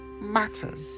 matters